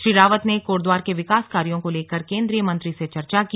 श्री रावत ने कोटद्वार के विकास कार्यों को लेकर केंद्रीय मंत्री से चर्चा की